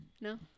no